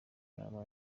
nama